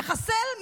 נחסל,